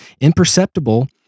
imperceptible